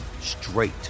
straight